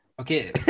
Okay